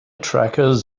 trackers